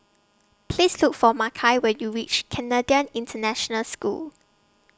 Please Look For Makai when YOU REACH Canadian International School